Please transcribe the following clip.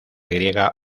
griega